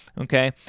okay